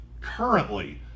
currently